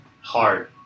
hard